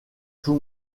tout